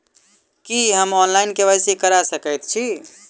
की हम online, KYC करा सकैत छी?